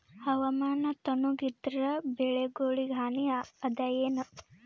ಹವಾಮಾನ ತಣುಗ ಇದರ ಬೆಳೆಗೊಳಿಗ ಹಾನಿ ಅದಾಯೇನ?